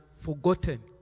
forgotten